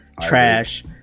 Trash